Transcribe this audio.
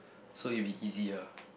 so you be easy lah